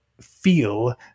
feel